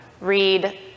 Read